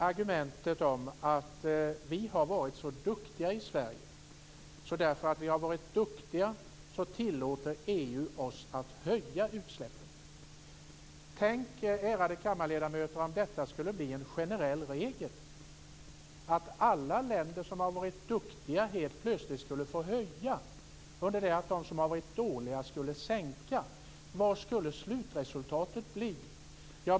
Argumentet har varit att eftersom vi har varit så duktiga i Sverige tillåter EU oss att höja utsläppen. Tänk er, ärade kammarledamöter, om det skulle bli en generell regel att alla länder som har varit duktiga helt plötsligt skulle få höja utsläppen under det att de som har varit dåliga skulle sänka! Vad skulle slutresultatet bli?